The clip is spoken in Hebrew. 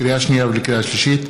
לקריאה שנייה ולקריאה שלישית: